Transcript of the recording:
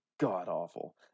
god-awful